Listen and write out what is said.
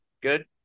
good